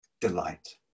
delight